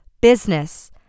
business